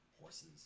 horses